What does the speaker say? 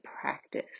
practice